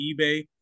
eBay